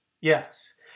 Yes